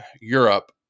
Europe